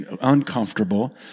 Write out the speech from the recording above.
uncomfortable